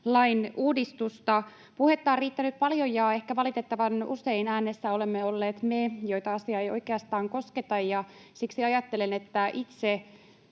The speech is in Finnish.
lain uudistusta. Puhetta on riittänyt paljon, ja ehkä valitettavan usein äänessä olemme olleet me, joita asia ei oikeastaan kosketa. Siksi ajattelen, että itse